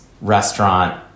restaurant